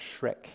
Shrek